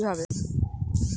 পশুপালন করব কিভাবে?